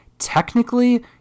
Technically